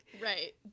right